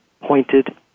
pointed